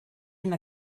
una